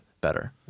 better